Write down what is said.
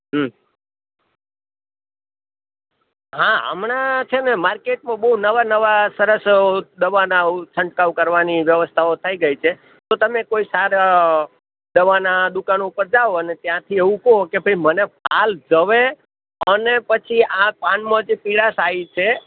હા હમણાં છે ને માર્કેટમાં બહું નવા નવા સરસ દવાનાં છંટકાવ કરવાની વ્યવસ્થાઓ થઈ ગઈ છે તો તમે કોઈ સારી દવાનાં દુકાન ઉપર જાઓ અને ત્યાંથી એવું કહો કે ભાઈ મને ફાલ જવે અને પછી આ પાનમાં જે પીળાશએ આવી છે